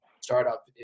Startup